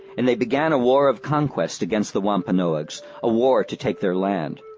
and they began a war of conquest against the wampanoags, a war to take their land.